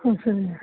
ਅੱਛਾ ਜੀ